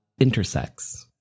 Intersex